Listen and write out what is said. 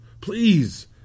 Please